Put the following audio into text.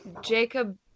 Jacob